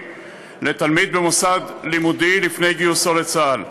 לתלמיד במוסד לימודי לפני גיוסו לצה"ל),